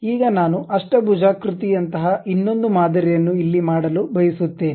ಈಗ ನಾನು ಅಷ್ಟಭುಜಾಕೃತಿ ಅಂತಹ ಇನ್ನೊಂದು ಮಾದರಿಯನ್ನು ಇಲ್ಲಿ ಮಾಡಲು ಬಯಸುತ್ತೇನೆ